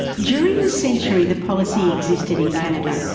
during the century the policy existed in canada,